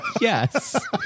Yes